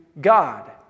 God